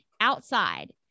outside